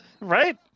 Right